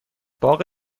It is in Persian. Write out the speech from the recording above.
باغ